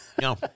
No